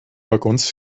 waggons